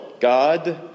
God